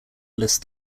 list